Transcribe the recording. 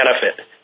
benefit